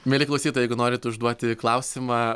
mieli klausytojai jeigu norit užduoti klausimą